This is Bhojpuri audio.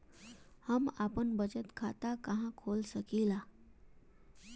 हम आपन बचत खाता कहा खोल सकीला?